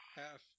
half